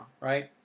right